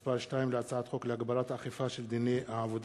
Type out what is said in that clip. לוח תיקונים מס' 2 להצעת חוק להגברת האכיפה של דיני העבודה,